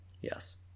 Yes